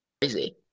Crazy